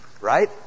Right